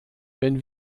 wenn